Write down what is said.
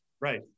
Right